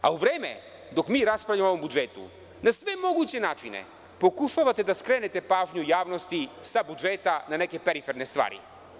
U vreme dok mi raspravljamo o ovom budžetu na sve moguće načine pokušavate da skrenete pažnju javnosti sa budžeta na neke periferne stvari.